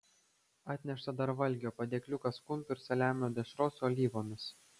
atnešta dar valgio padėkliukas kumpio ir saliamio dešros su alyvomis